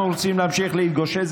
אנחנו רוצים להמשיך להתגושש,